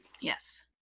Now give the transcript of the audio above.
Yes